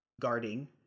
guarding